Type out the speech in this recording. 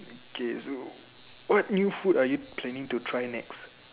okay so what new food are you planning to try next